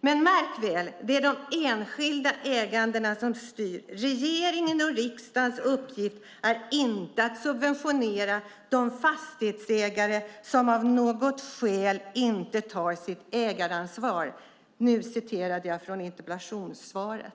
Märk väl att det är det enskilda ägandet som styr. "Regeringens och riksdagens uppgift är . inte att subventionera de fastighetsägare som av något skäl inte tagit sitt ägaransvar", står det i interpellationssvaret.